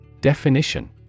Definition